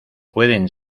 pueden